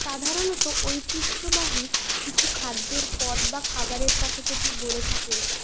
সাধারণত ঐতিহ্যবাহী কিছু খাদ্যের পদ বা খাবারের কথা যদি বলে থাকেন